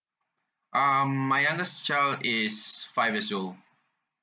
um my youngest child is five years old